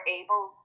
able